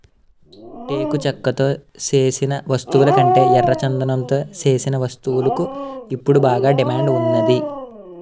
టేకు చెక్కతో సేసిన వస్తువులకంటే ఎర్రచందనంతో సేసిన వస్తువులకు ఇప్పుడు బాగా డిమాండ్ ఉన్నాది